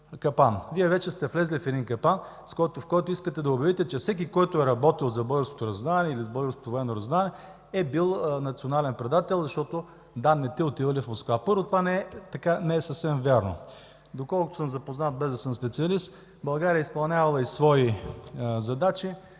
Вие вече сте влезли в един капан, в който искате да обявите, че всеки, който е работил за българското разузнаване или за българското военно разузнаване, е бил национален предател, защото данните отивали в Москва. Първо, това не е съвсем вярно. Доколкото съм запознат, без да съм специалист, България е изпълнявала и свои задачи,